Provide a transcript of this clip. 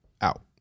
out